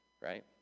right